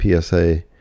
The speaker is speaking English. psa